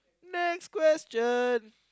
next question